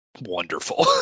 wonderful